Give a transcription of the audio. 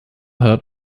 heard